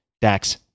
Dax